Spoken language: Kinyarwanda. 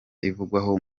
ivugwaho